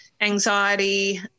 anxiety